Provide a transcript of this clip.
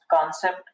concept